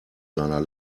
seiner